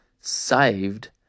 saved